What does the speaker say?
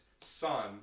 son